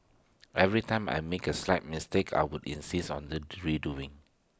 every time I make A slight mistake I would insist on this redoing